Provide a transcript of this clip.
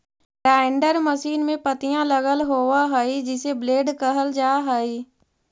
grinder machine में पत्तियाँ लगल होव हई जिसे ब्लेड कहल जा हई